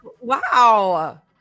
Wow